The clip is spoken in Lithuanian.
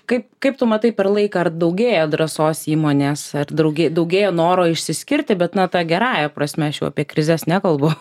kaip kaip tu matai per laiką ar daugėja drąsos įmonės ar draugė daugėja noro išsiskirti bet na ta gerąja prasme aš jau apie krizes nekalbu